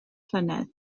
llynedd